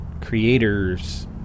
creators